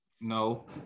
No